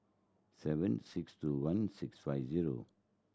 seven six two one six five zero